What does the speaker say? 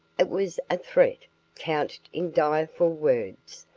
it was a threat couched in direful words,